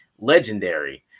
legendary